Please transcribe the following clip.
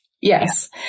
Yes